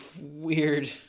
weird